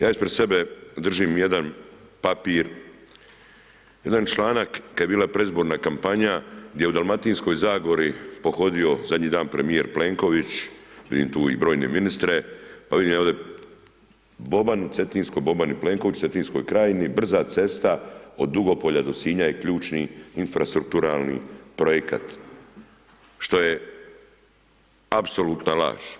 Ja ispred sebe držim jedan papir, jedan članak kad je bila predizborna kampanja gdje je u Dalmatinskoj zagori pohodio zadnji dan premijer Plenković, vidim tu brojne ministre pa vidim ovdje Boban, u Cetinskoj, Boban i Plenković u Cetinskoj krajini, brza cesta od Dugopolja do Sinja je ključni infrastrukturalni projekat što je apsolutna laž.